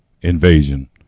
invasion